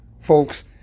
Folks